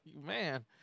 man